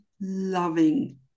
loving